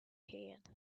heard